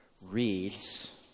reads